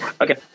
Okay